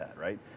right